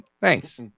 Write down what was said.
Thanks